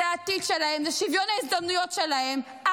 זה העתיד שלהם, זה שוויון ההזדמנויות שלהם.